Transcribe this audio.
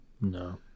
no